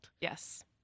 Yes